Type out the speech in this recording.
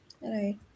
right